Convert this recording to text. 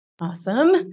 Awesome